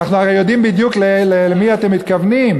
אתם הרי יודעים בדיוק למי אתם מתכוונים.